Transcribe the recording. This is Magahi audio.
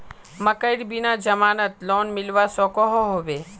मकईर बिना जमानत लोन मिलवा सकोहो होबे?